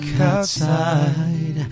outside